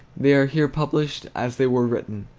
they are here published as they were written,